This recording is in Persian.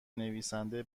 نویسنده